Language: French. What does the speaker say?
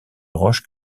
roches